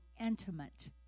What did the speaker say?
intimate